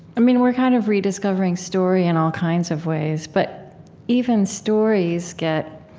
i mean, we're kind of rediscovering story in all kinds of ways. but even stories get